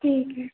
ठीक है